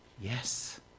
Yes